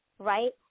right